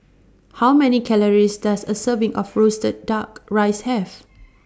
How Many Calories Does A Serving of Roasted Duck Rice Have